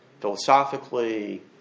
philosophically